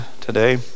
today